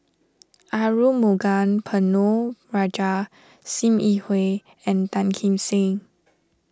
Arumugam Ponnu Rajah Sim Yi Hui and Tan Kim Seng